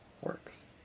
works